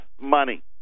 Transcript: money